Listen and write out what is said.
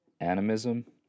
Animism